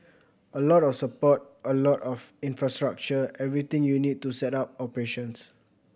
a lot of support a lot of infrastructure everything you need to set up operations